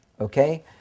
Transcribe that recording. Okay